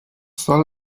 soll